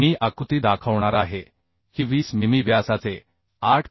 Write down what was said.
मी आकृती दाखवणार आहे की 20 मिमी व्यासाचे 8